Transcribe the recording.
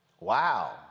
Wow